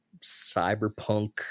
cyberpunk